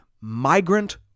Migrant